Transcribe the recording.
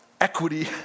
equity